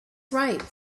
right